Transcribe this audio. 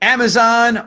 Amazon